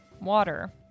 water